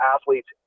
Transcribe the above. athletes